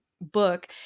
book